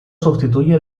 sustituye